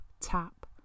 tap